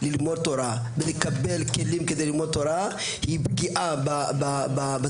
ללמוד תורה ולקבל כלים כדי ללמוד תורה היא פגיעה בציונות.